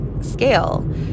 scale